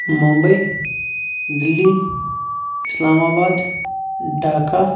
Mumbai Delhi Islamabad Dhaka